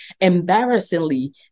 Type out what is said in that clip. embarrassingly